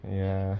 ya